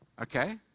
okay